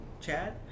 Chad